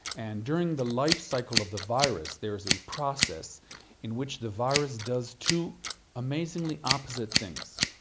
and during the life cycle of the virus there is a process in which the virus does two amazingly opposite things.